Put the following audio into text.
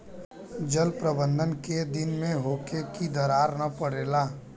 जल प्रबंधन केय दिन में होखे कि दरार न परेला?